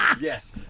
Yes